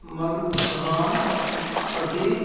मल प्रवाह प्रति